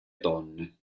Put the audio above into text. donne